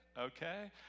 okay